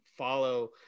follow